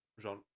genre